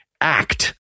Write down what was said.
act